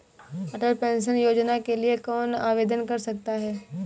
अटल pension योजना के लिए कौन आवेदन कर सकता है?